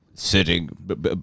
Sitting